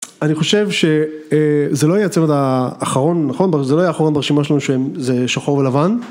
אני חושב שזה לא ייצר את האחרון נכון, זה לא יהיה האחרון ברשימה שלנו שזה שחור ולבן.